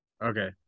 Okay